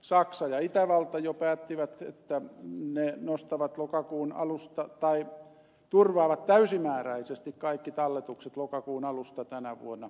saksa ja itävalta jo päättivät että ne turvaavat täysimääräisesti kaikki talletukset lokakuun alusta tänä vuonna